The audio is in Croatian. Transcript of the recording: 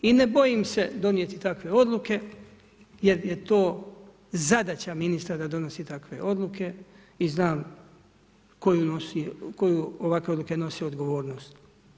I ne bojim se donijeti takve odluke jer je to zadaća ministra da donosi takve odluke i znam koju ovakve odluke nose odgovornost.